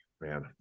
man